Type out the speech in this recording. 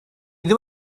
ddim